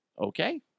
Okay